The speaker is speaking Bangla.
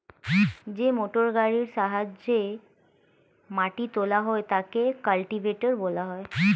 যে মোটরগাড়ির সাহায্যে মাটি তোলা হয় তাকে কাল্টিভেটর বলা হয়